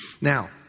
Now